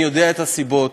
אני יודע מה הסיבות.